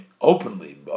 openly